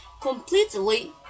completely